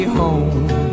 home